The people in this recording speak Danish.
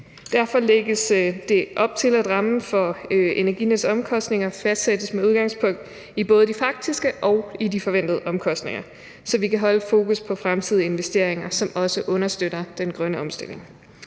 Derfor lægges der op til, at rammen for Energinets omkostninger fastsættes med udgangspunkt i både de faktiske og de forventede omkostninger, så vi kan holde fokus på fremtidige investeringer, som også understøtter den grønne omstilling.